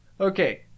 Okay